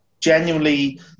Genuinely